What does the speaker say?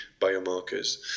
biomarkers